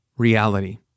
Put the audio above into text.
reality